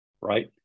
right